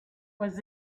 was